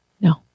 no